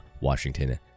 Washington